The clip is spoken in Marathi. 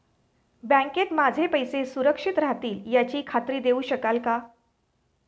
बँकेत माझे पैसे सुरक्षित राहतील याची खात्री देऊ शकाल का?